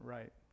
Right